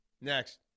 Next